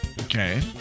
Okay